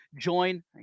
join